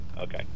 okay